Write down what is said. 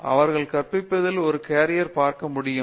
எனவே அவர்கள் கற்பிப்பதில் ஒரு கேரியரைப் பார்க்க முடியும்